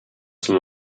some